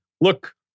look